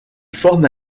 forme